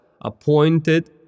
appointed